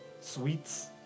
sweets